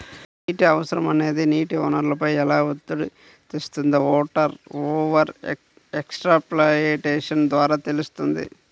నీటి అవసరం అనేది నీటి వనరులపై ఎలా ఒత్తిడి తెస్తుందో వాటర్ ఓవర్ ఎక్స్ప్లాయిటేషన్ ద్వారా తెలుస్తుంది